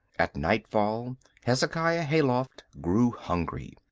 at nightfall hezekiah hayloft grew hungry.